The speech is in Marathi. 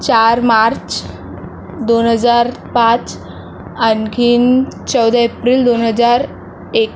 चार मार्च दोन हजार पाच आणखीन चौदा एप्रिल दोन हजार एक